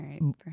right